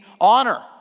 honor